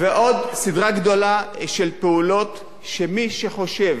ועוד סדרה גדולה של פעולות שמי שחושב